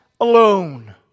alone